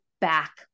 back